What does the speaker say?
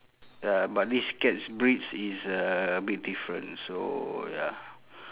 uh but this cat's breeds is a bit different so ya